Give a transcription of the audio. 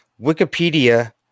Wikipedia